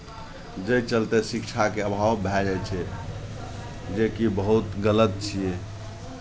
जाहि चलते शिक्षाके अभाव भए जाइ छै जेकि बहुत गलत छियै